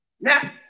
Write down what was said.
Now